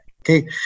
okay